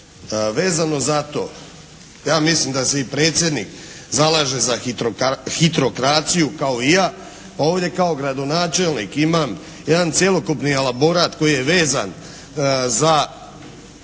Vezano za to ja mislim da se i predsjednik zalaže za hitrokraciju kao i ja. Ovdje kao gradonačelnik imam jedan cjelokupni elaborat koji je vezan za vlasništvo